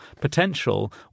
potential